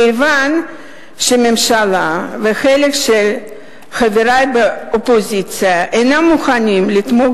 כיוון שהממשלה וחלק מחברי באופוזיציה אינם מוכנים לתמוך